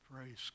Praise